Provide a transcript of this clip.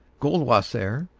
goldwasser,